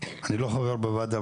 אני לא חבר בוועדה,